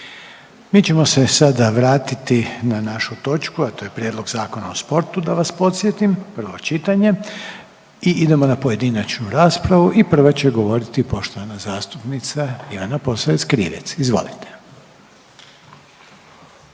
Mi ćemo se sada vratiti na našu točku, a to je Prijedlog Zakona o sportu, da vas podsjetim, prvo čitanje i idemo na pojedinačnu raspravu i prva će govoriti poštovana zastupnica Ivana Posavec Krivec, izvolite.